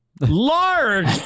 large